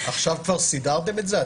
עכשיו כבר סידרתם את זה?